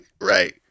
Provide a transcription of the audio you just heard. Right